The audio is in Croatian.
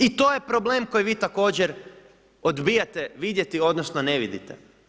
I to je problem koji vi također odbijate vidjeti odnosno ne vidite.